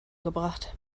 gebracht